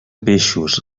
peixos